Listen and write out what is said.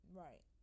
right